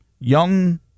young